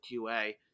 QA